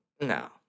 no